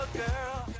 girl